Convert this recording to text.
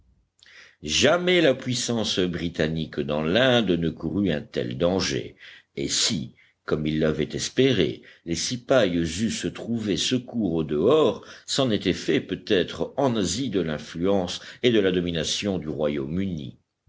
jamais la puissance britannique dans l'inde ne courut un tel danger et si comme ils l'avaient espéré les cipayes eussent trouvé secours au dehors c'en était fait peut-être en asie de l'influence et de la domination du royaume-uni